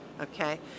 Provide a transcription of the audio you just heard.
Okay